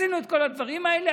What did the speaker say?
עשינו את כל הדברים האלה.